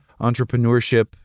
entrepreneurship